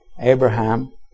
Abraham